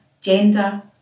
gender